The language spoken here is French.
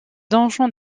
donjon